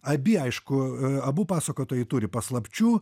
abi aišku abu pasakotojai turi paslapčių